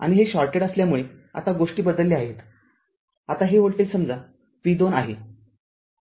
आणि हे शॉर्टेड असल्यामुळे आता गोष्टी बदलल्या आहेत आता हे व्होल्टेज समजा v२ आहे